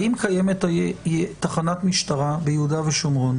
האם קיימת תחנת משטרה ביהודה ושומרון,